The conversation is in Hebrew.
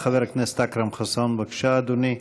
חבר הכנסת אכרם חסון, בבקשה, אדוני.